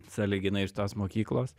sąlyginai iš tos mokyklos